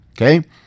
Okay